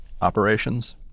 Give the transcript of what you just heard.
operations